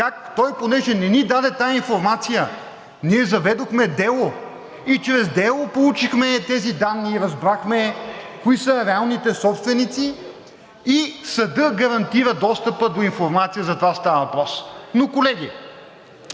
как той, понеже не ни даде тази информация, ние заведохме дело и чрез дело получихме тези данни и разбрахме кои са реалните собственици и съдът гарантира достъпа до информация. За това става въпрос! Но колеги,